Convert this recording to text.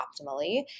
optimally